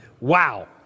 Wow